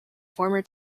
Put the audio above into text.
former